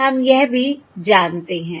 हम यह भी जानते हैं